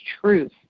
truth